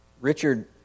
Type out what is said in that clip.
Richard